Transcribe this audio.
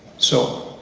so,